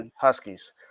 Huskies